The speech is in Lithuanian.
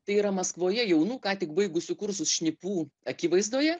tai yra maskvoje jaunų ką tik baigusių kursus šnipų akivaizdoje